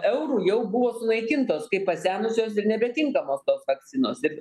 eurų jau buvo sunaikintos kaip pasenusios ir nebetinkamos tos vakcinos ir